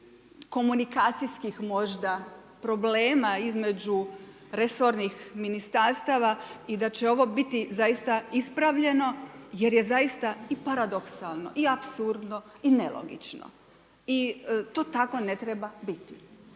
komunikacijskih možda problema između resornih ministarstva i da će ovo biti zaista ispravljeno jer je zaista i paradoksalno i apsurdno i nelogično i to tako ne treba biti.